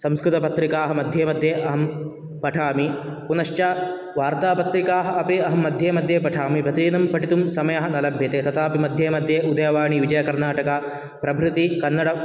संस्कृतपत्रिकाः मध्ये मध्ये अहं पठामि पुनश्च वार्तापत्रिकाः अपि अहं मध्ये मध्ये पठामि प्रतिदिनं पठितुं समयः मया न लभ्यते तथापि मध्ये मध्ये उदयवाणी विजयकर्णाटक प्रभृति कन्नड